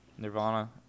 Nirvana